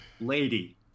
lady